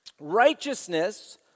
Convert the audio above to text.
righteousness